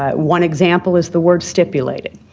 ah one example is the work stipulated.